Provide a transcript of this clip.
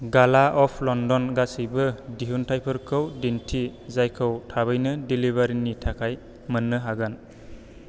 गाला अफ लन्डन गासैबो दिहुनथाइफोरखौ दिन्थि जायखौ थाबैनो डेलिबारिनि थाखाय मोन्नो हागोन